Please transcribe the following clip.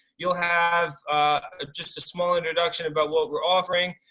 you'll have just a small introduction about what we're offering,